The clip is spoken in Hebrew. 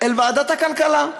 אל ועדת הכלכלה.